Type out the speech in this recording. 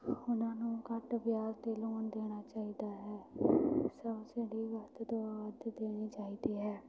ਉਹਨਾਂ ਨੂੰ ਘੱਟ ਵਿਆਜ 'ਤੇ ਲੋਨ ਦੇਣਾ ਚਾਹੀਦਾ ਹੈ ਸਬਸਿਡੀ ਵੱਧ ਤੋਂ ਵੱਧ ਦੇਣੀ ਚਾਹੀਦੀ ਹੈ